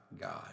God